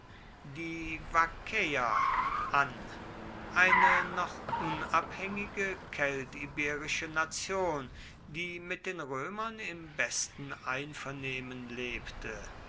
die vaccäer an eine noch unabhängige keltiberische nation die mit den römern im besten einvernehmen lebte